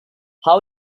how